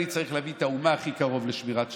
אני צריך להביא את האומה הכי קרוב לשמירת שבת,